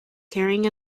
carrying